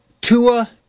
Tua